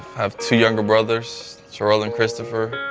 have two younger brothers, terrell and christopher.